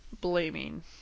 blaming